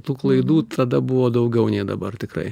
tų klaidų tada buvo daugiau nei dabar tikrai